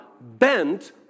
bent